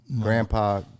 Grandpa